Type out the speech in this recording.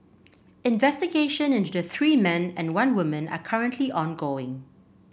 investigation into the three men and one woman are currently ongoing